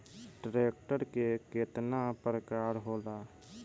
Tractor के केतना प्रकार होला?